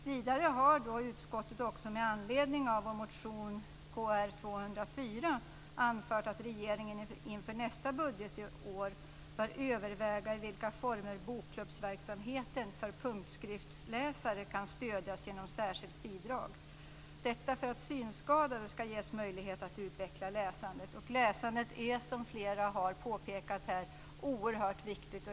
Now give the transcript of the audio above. Vidare har utskottet med anledning av vår motion Kr204 anfört att regeringen inför nästa budgetår bör överväga i vilka former bokklubbsverksamheten för punktskriftsläsare kan stödjas genom särskilt bidrag - detta för att synskadade skall ges möjlighet att utveckla läsandet. Läsandet är som flera här har påpekat oerhört viktigt.